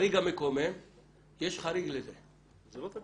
ההצעה שלנו נשענת על שני עקרונות: אחד,